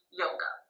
yoga